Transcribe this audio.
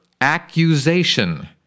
accusation